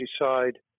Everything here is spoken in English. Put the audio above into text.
decide